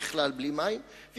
לא,